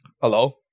Hello